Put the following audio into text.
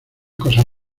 cosas